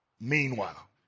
Meanwhile